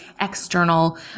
external